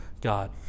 God